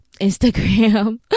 Instagram